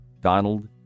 Donald